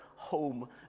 home